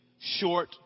short